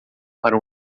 para